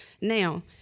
Now